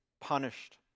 punished